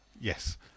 yes